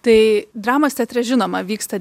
tai dramos teatre žinoma vyksta